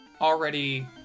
already